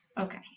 okay